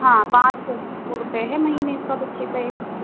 हाँ पाँच सौ रू रुपये है महीने का बच्चे का एक का